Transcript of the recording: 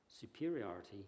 superiority